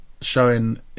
showing